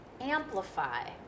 amplify